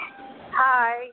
Hi